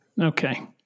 Okay